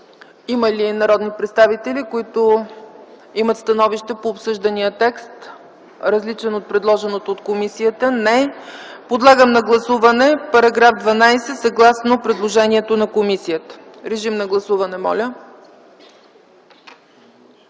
Има ли народни представители, които имат становище по обсъждания текст, различно от предложения от комисията? Не. Подлагам на гласуване § 12, съгласно предложението на комисията. Гласували